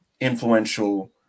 influential